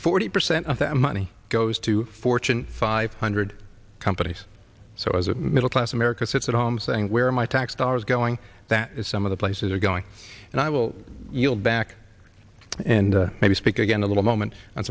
forty percent of that money goes to fortune five hundred companies so as a middle class america sits at home saying where are my tax dollars going that is some of the places are going and i will yield back and maybe speak again a little moment